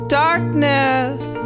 darkness